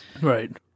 right